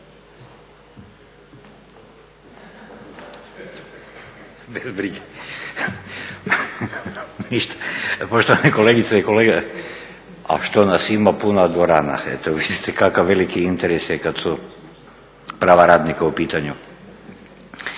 rada)** Poštovane kolegice i kolege ah što nas ima puna dvorana, eto vidite kakav veliki interes je kada su prava radnika u pitanju.